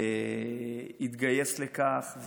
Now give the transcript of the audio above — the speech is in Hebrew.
התגייס לכך.